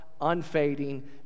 unfading